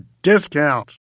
Discount